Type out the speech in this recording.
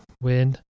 win